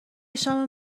شام